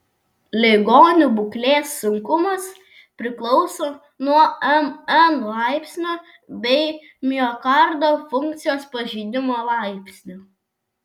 ligonių būklės sunkumas priklauso nuo mn laipsnio bei miokardo funkcijos pažeidimo laipsnio